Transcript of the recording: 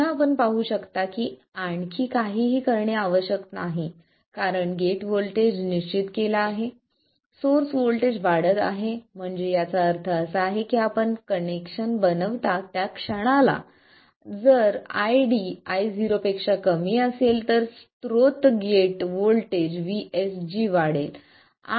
पुन्हा आपण पाहू शकता की आणखी काहीही करणे आवश्यक नाही कारण गेट व्होल्टेज निश्चित केला आहे सोर्स व्होल्टेज वाढत आहे म्हणजे याचा अर्थ असा आहे की आपण हे कनेक्शन बनविता त्या क्षणाला जर ID Io असेल तर स्रोत गेट व्होल्टेज VSG वाढेल